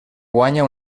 guanya